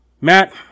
Matt